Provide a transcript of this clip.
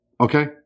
Okay